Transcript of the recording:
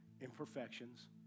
imperfections